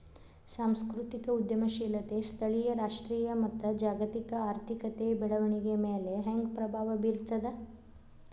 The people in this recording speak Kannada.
ಸಾಂಸ್ಕೃತಿಕ ಉದ್ಯಮಶೇಲತೆ ಸ್ಥಳೇಯ ರಾಷ್ಟ್ರೇಯ ಮತ್ತ ಜಾಗತಿಕ ಆರ್ಥಿಕತೆಯ ಬೆಳವಣಿಗೆಯ ಮ್ಯಾಲೆ ಹೆಂಗ ಪ್ರಭಾವ ಬೇರ್ತದ